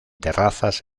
terrazas